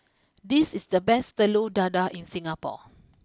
this is the best Telur Dadah in Singapore